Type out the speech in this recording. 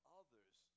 others